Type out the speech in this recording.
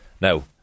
Now